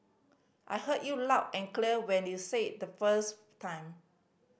I heard you loud and clear when you said it the first time